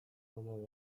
ona